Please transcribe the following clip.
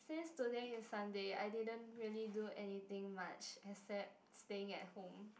since today is Sunday I didn't really do anything much except staying at home